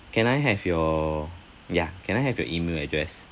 can I have your yeah can I have your email address